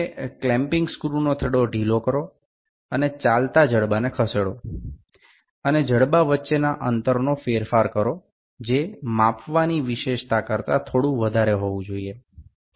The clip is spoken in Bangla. এখন বন্ধ করার স্ক্রুটি আলগা করুন এবং যে বস্তুর বৈশিষ্ট্য পরিমাপ করতে চাই তার থেকে এই চলনযোগ্য বাহুটিকে একটু বেশি খুলে নিন